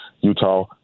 Utah